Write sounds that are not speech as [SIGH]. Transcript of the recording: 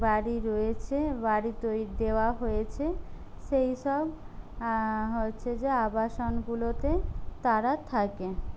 বাড়ি রয়েছে বাড়ি তৈ [UNINTELLIGIBLE] দেওয়া হয়েছে সেই সব হচ্ছে যে আবাসনগুলোতে তারা থাকে